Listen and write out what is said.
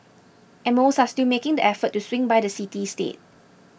and most are still making the effort to swing by the city state